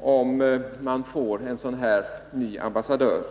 fråga om, om vi får en sådan här ny ambassadör.